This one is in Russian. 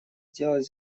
сделать